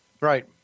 Right